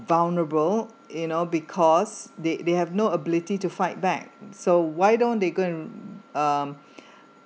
vulnerable you know because they they have no ability to fight back so why don't they go and um